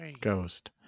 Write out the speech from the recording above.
ghost